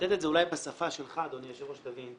אחדד את זה, אולי בשפה שלך, אדוני היושב, תבין.